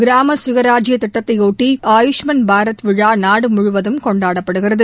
கிராம சுயராஜ்ய திட்டத்தையொட்டி ஆயுஷ்மன் பாரத் விழா நாடுமுழுவதும் கொண்டாடப்படுகிறது